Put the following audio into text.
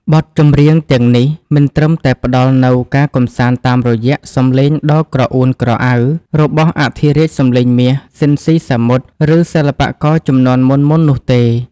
បទចម្រៀងទាំងនេះមិនត្រឹមតែផ្ដល់នូវការកម្សាន្តតាមរយៈសម្លេងដ៏ក្រអួនក្រអៅរបស់អធិរាជសម្លេងមាស ស៊ីន ស៊ីសាមុត ឬសិល្បករជំនាន់មុនៗនោះទេ។